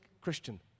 Christian